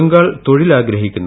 ബംഗാൾ തൊഴിൽ ആഗ്രഹിക്കുന്നു